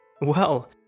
Well